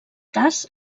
cas